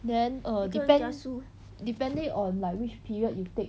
then err depend depending on like which period you take